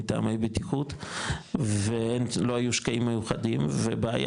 מטעמי בטיחות ולא היו שקעים מיוחדים ובעיה